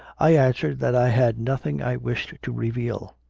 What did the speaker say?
i answered that i had nothing i wished to reveal.